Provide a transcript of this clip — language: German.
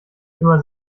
immer